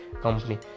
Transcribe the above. company